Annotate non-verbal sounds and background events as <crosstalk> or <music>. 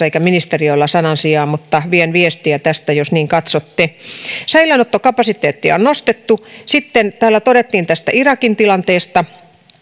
<unintelligible> eikä ministeriöllä ole oikeastansa sanan sijaa mutta vien viestiä tästä jos niin katsotte säilöönottokapasiteettia on nostettu sitten täällä todettiin irakin tilanteesta